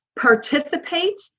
participate